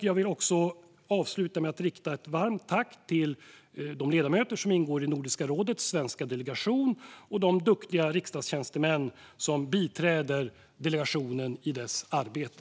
Jag vill avsluta med att rikta ett varmt tack till de ledamöter som ingår i Nordiska rådets svenska delegation och de duktiga riksdagstjänstemän som biträder delegationen i dess arbete.